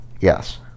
Yes